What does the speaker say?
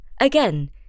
Again